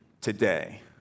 today